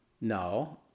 no